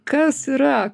kas yra